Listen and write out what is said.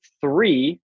three